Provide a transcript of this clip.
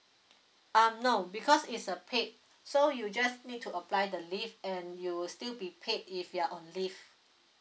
um no because it's a paid so you just need to apply the leave and you will still be paid if you're on leave